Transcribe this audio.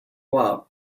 out